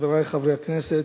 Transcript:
חברי חברי הכנסת,